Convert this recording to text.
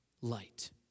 light